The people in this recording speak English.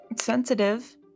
sensitive